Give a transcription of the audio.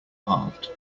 halved